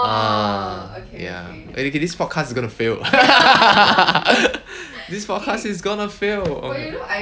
ah ya okay this podcast is gonna fail this podcast is gonna fail oh listen to allow for cathy know I don't need to know how to know ya like and then that's it to do the most leh